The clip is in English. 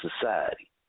society